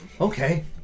Okay